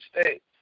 States